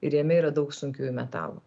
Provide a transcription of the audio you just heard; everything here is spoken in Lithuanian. ir jame yra daug sunkiųjų metalų